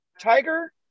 Tiger